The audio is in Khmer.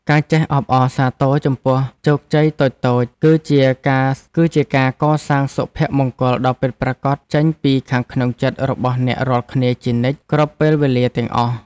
ការចេះអបអរសាទរចំពោះជោគជ័យតូចៗគឺជាការកសាងសុភមង្គលដ៏ពិតប្រាកដចេញពីខាងក្នុងចិត្តរបស់អ្នករាល់គ្នាជានិច្ចគ្រប់ពេលវេលាទាំងអស់។